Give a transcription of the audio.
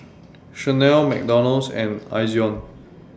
Chanel McDonald's and Ezion